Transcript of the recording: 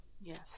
Yes